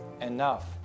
enough